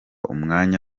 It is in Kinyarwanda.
umwanya